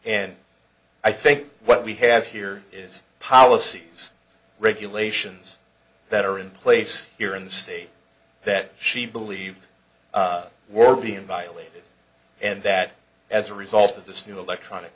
and i think what we have here is policies regulations that are in place here in the state that she believes were being violated and that as a result of this new electronic